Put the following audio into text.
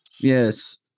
Yes